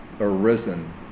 arisen